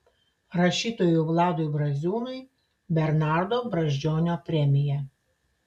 rašytojui vladui braziūnui bernardo brazdžionio premija